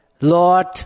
Lord